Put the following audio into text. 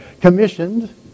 Commissioned